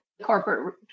corporate